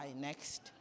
next